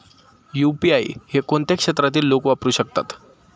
UPI हे कोणत्या क्षेत्रातील लोक वापरू शकतात?